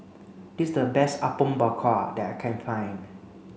this is the best Apom Berkuah that I can find